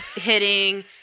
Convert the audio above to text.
hitting